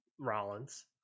Rollins